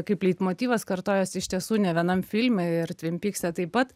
kaip leitmotyvas kartojasi iš tiesų ne vienam filme ir tvin pykse taip pat